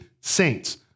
saints